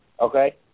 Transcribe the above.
okay